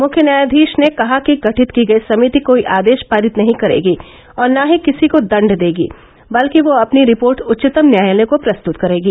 मुख्य न्यायाधीश ने कहा कि गठित की गई समिति कोई आदेश पारित नहीं करेगी और न ही किसी को दंड देगी बल्कि वह अपनी रिपोर्ट उच्चतम न्यायालय को प्रस्तुत करेगी